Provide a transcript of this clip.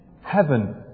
heaven